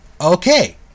Okay